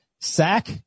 Sack